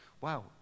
Wow